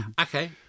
Okay